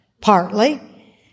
partly